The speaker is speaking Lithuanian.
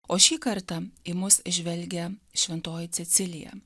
o šį kartą į mus žvelgia šventoji cecilija